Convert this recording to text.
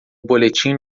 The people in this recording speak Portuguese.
boletim